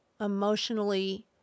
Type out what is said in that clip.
emotionally